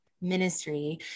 ministry